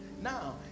Now